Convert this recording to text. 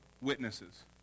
witnesses